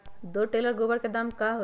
दो टेलर गोबर के दाम का होई?